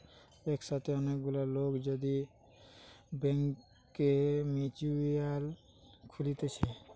একসাথে অনেক গুলা লোক যদি ব্যাংকে মিউচুয়াল খুলতিছে